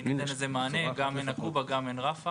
ניתן מענה גם מנקובא וגם עין רפא